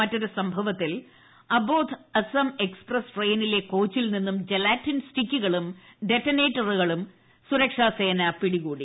മറ്റൊരു സംഭവത്തിൽ അബോധ് അസ്സാം എക്സ്പ്രസ് ട്രെയിനിലെ കോച്ചിൽ നിന്നും ജെലാറ്റിൻ സ്റ്റിക്കുകളും ഡെറ്റനേറ്റേഴ്സും സുരക്ഷാസേന പ്പിട്ടികൂടി